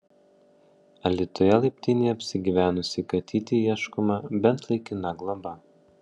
alytuje laiptinėje apsigyvenusiai katytei ieškoma bent laikina globa